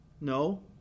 No